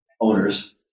owners